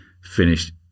finished